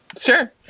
Sure